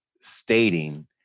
stating